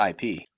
IP